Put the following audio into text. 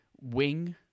wing